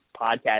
podcast